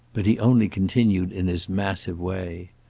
but he only continued in his massive way.